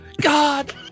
God